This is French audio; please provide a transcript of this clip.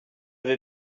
vais